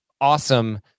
awesome